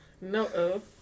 No